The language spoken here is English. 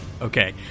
okay